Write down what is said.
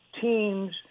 teams